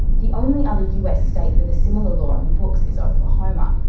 the only other us state with a similar law on the books is oklahoma,